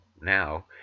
now